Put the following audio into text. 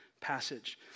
passage